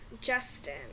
Justin